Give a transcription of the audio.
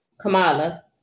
Kamala